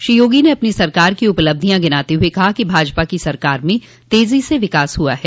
श्री योगी ने अपनी सरकार की उपलब्धियां गिनाते हुए कहा कि भाजपा की सरकार में तेजी से विकास हुआ है